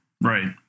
Right